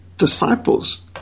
disciples